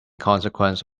consequence